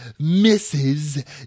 Mrs